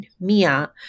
Mia